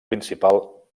principal